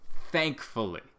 thankfully